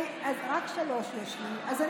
רק שלוש יש לי,